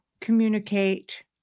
communicate